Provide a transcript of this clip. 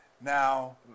Now